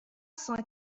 cent